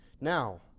Now